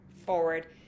forward